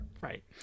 Right